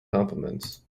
compliments